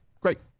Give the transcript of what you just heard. Great